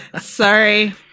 Sorry